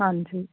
ਹਾਂਜੀ